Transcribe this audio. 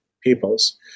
peoples